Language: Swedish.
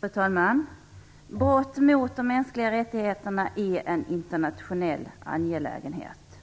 Fru talman! Brott mot de mänskliga rättigheterna är en internationell angelägenhet.